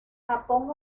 japón